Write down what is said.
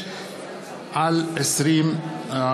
פ/3336/20.